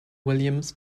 williams